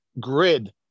grid